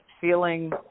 feeling